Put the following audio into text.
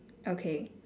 okay